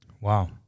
Wow